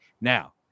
Now